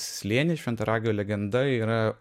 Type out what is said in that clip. slėnis šventaragio legenda yra